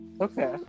Okay